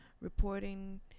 reporting